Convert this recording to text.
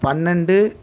பன்னெண்டு